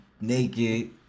naked